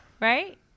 Right